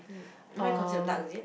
mm mine considered dark is it